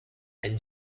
and